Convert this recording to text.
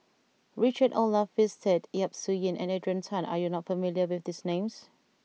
Richard Olaf Winstedt Yap Su Yin and Adrian Tan are you not familiar with these names